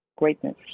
greatness